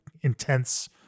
intense